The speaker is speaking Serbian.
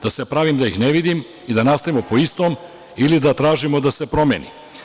Da se pravim da ih ne vidim i da nastavimo po istom, ili da tražimo da se promeni?